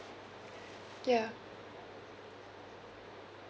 ya